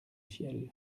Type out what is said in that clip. ciel